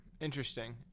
Interesting